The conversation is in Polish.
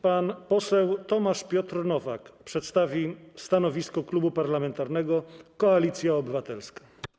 Pan poseł Tomasz Piotr Nowak przedstawi stanowisko Klubu Parlamentarnego Koalicja Obywatelska.